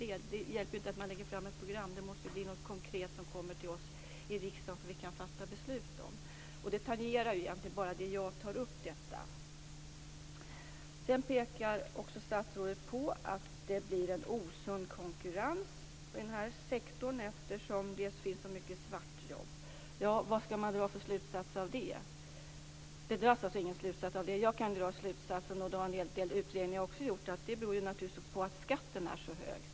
Det hjälper inte att man lägger fram ett program, det måste komma något konkret till oss i riksdagen så att vi kan fatta beslut om det. Det tangerar tanken. Bara jag tar upp detta. Sedan pekar statsrådet på att det blir en osund konkurrens inom denna sektor eftersom det finns så mycket svartjobb. Vad skall man dra för slutsats av det? Det dras ingen slutsats. Jag kan dra slutsatsen, och det har en del utredningar också gjort, att det naturligtvis beror på att skatten är så hög.